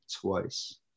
twice